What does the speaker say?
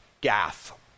Gath